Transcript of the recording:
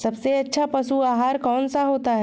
सबसे अच्छा पशु आहार कौन सा होता है?